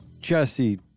Jesse